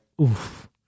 oof